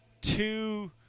two